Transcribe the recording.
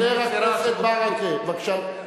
מה זה חשוב?